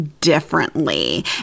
differently